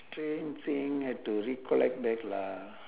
strange thing have to recollect back lah